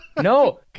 No